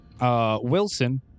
Wilson